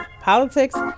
politics